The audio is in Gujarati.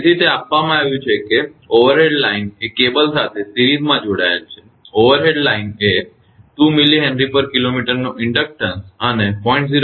તેથી તે આપવામાં આવ્યું છે કે ઓવરહેડ લાઇન એ કેબલ સાથે શ્રેણીમાં જોડાયેલ છે ઓવરહેડ લાઇન એ 2 mHkm નો ઇન્ડક્ટન્સ અને 0